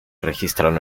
registraron